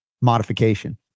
modification